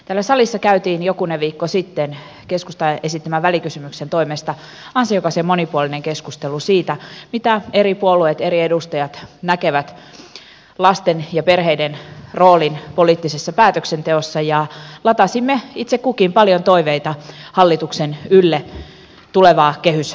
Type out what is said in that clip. täällä salissa käytiin jokunen viikko sitten keskustan esittämän välikysymyksen toimesta ansiokas ja monipuolinen keskustelu siitä mitä eri puolueet eri edustajat näkevät lasten ja perheiden roolin poliittisessa päätöksenteossa ja latasimme itse kukin paljon toiveita hallituksen ylle tulevaa kehyspäätöstä ajatellen